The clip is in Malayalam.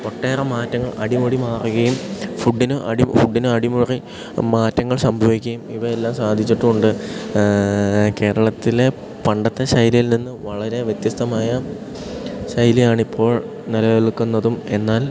ഒട്ടേറെ മാറ്റങ്ങൾ അടിമുടി മാറുകയും ഫുഡ്ഡിന് അടി ഫുഡ്ഡിന് അടിമുറി മാറ്റങ്ങൾ സംഭവിക്കുകയും ഇവയെല്ലാം സാധിച്ചിട്ടുമുണ്ട് കേരളത്തിലെ പണ്ടത്തെ ശൈലിയിൽ നിന്നു വളരെ വ്യത്യസ്തമായ ശൈലിയാണിപ്പോൾ നിലനിൽക്കുന്നതും എന്നാൽ